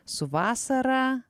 su vasara